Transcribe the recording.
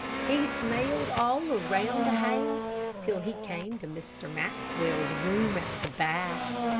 he smelled all around the house till he came to mr. maxwell's room at the back.